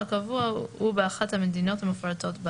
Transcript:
אנחנו לא רואים הבדל פה בגדר ההסמכה כשההצדקה היא אותה הצדקה.